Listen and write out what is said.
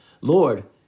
Lord